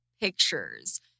pictures